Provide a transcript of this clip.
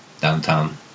downtown